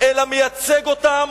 אלא מייצג אותם